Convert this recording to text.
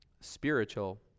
spiritual